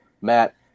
Matt